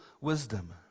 wisdom